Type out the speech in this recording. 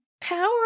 power